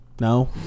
No